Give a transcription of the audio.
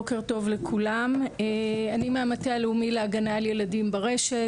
אני מהמטה הלאומי להגנה על ילדים ברשת,